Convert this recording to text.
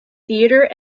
theatre